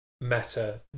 meta